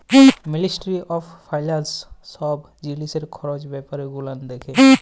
ministry of finance ছব জিলিসের খরচ ব্যাপার গুলান দ্যাখে